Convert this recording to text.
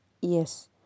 yes